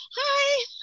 hi